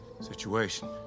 situation